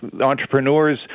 entrepreneurs